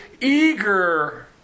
eager